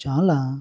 చాలా